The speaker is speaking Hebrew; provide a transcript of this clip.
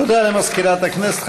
תודה למזכירת הכנסת.